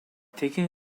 taking